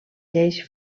lleis